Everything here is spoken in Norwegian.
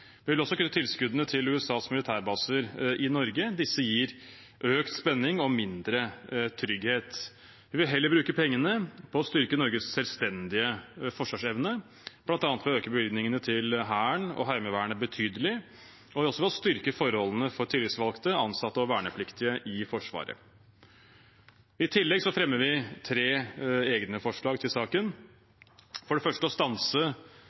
Vi vil også kutte tilskuddene til USAs militærbaser i Norge. Disse gir økt spenning og mindre trygghet. Vi vil heller bruke pengene på å styrke Norges selvstendige forsvarsevne, bl.a. ved å øke bevilgningene til Hæren og Heimevernet betydelig, og også ved å styrke forholdene for tillitsvalgte, ansatte og vernepliktige i Forsvaret. I tillegg fremmer vi tre egne forslag til saken: For det første å stanse